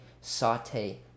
saute